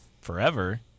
forever